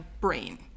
brain